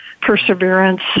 perseverance